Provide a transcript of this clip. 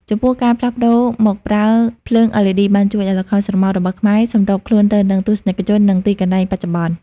ចំពោះការផ្លាស់ប្តូរមកប្រើភ្លើង LED បានជួយឱ្យល្ខោនស្រមោលរបស់ខ្មែរសម្របខ្លួនទៅនឹងទស្សនិកជន និងទីកន្លែងបច្ចុប្បន្ន។